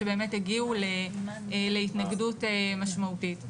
שבאמת הגיעו להתנגדות משמעותית.